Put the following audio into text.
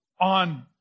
On